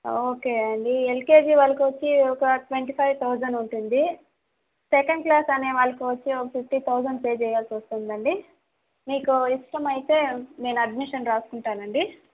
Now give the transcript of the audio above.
okay అండి LKG వాళ్లకొచ్చి ఒక ట్వంటీ ఫైవ్ థౌసండ్ ఉంటుంది సెకండ్ క్లాస్ అనేవాళ్ళకొచ్చి ఒక ఫిఫ్టీ థౌసండ్ పే చెయ్యాల్సి వస్తుందండి మీకు ఇష్టమైతే నేను అడ్మిషన్ రాసుకుంటానండి